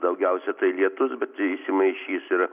daugiausia tai lietus bet įsimaišys ir